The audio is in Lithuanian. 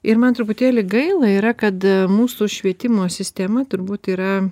ir man truputėlį gaila yra kad mūsų švietimo sistema turbūt yra